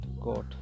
got